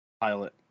pilot